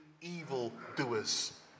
evildoers